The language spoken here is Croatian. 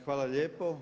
Hvala lijepo.